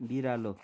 बिरालो